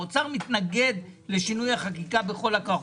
האוצר מתנגד לשינוי החקיקה בכל הכוח,